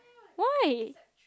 why